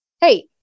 Hey